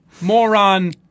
moron